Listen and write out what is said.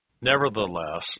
Nevertheless